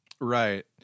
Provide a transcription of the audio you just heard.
right